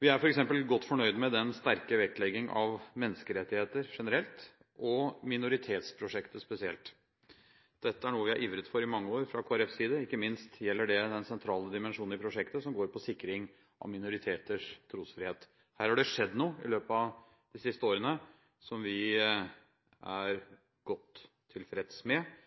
Vi er f.eks. godt fornøyd med den sterke vektleggingen av menneskerettigheter generelt, og minoritetsprosjektet spesielt. Dette er noe vi har ivret for i mange år fra Kristelig Folkepartis side, ikke minst gjelder det den sentrale dimensjonen i prosjektet som går på sikring av minoriteters trosfrihet. Her har det skjedd noe i løpet av de siste årene som vi er godt tilfreds med